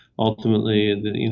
ultimately, you know,